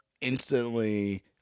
instantly